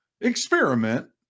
experiment